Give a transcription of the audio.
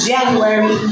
January